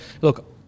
look